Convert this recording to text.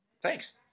thanks